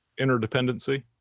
interdependency